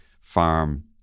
farm